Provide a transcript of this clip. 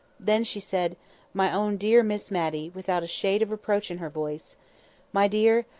then she said my own dear miss matty without a shade of reproach in her voice my dear,